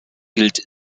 gilt